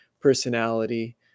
personality